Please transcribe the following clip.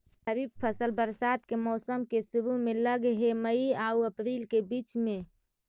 खरीफ फसल बरसात के मौसम के शुरु में लग हे, मई आऊ अपरील के बीच में